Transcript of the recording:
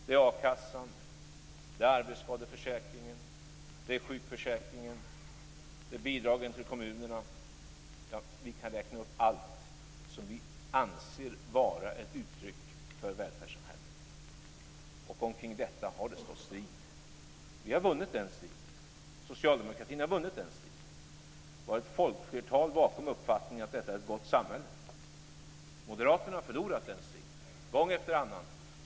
Det är akassan, det är arbetsskadeförsäkringen, det är sjukförsäkringen, det är bidragen till kommunerna - ja vi kan räkna upp allt det som vi anser vara ett uttryck för välfärdssamhället. Och omkring detta har det stått strid. Vi har vunnit den striden. Socialdemokratin har vunnit den striden. Vi har ett folkflertal bakom uppfattningen att detta är ett gott samhälle. Moderaterna har förlorat den striden gång efter annan.